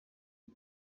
iri